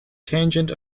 tangent